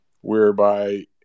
whereby